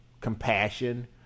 compassion